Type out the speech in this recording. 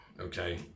okay